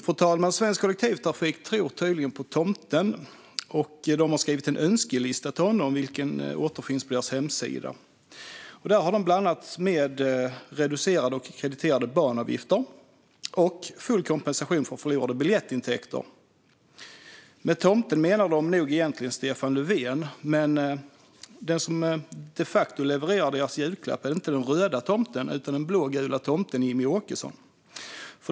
Fru talman! Svensk Kollektivtrafik tror tydligen på tomten. De har skrivit en önskelista till honom, vilken återfinns på deras hemsida. På den har de bland annat skrivit "reducerade och krediterade banavgifter" och "full kompensation för förlorade biljettintäkter". Med tomten menar de nog egentligen Stefan Löfven. Men den som de facto levererar deras julklapp är inte den röda tomten utan den blågula tomten Jimmie Åkesson.